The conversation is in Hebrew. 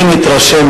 אני מתרשם,